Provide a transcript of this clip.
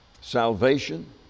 salvation